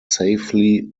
safely